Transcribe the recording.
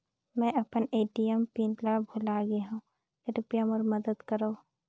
मैं अपन ATM PIN ल भुला गे हवों, कृपया मोर मदद करव